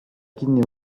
kinni